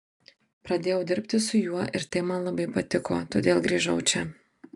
pradėjau dirbi su juo ir tai man labai patiko todėl grįžau čia